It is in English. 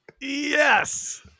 Yes